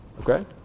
Okay